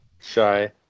Shy